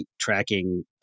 tracking